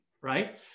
right